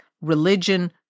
religion